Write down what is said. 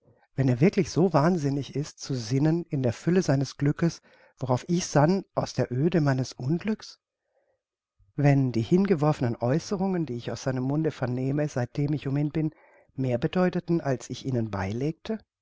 wenn er wirklich so wahnsinnig ist zu sinnen in der fülle seines glückes worauf ich sann aus der oede meines unglücks wenn die hingeworfenen aeußerungen die ich aus seinem munde vernehme seitdem ich um ihn bin mehr bedeuteten als ich ihnen beilegte